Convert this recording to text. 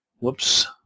whoops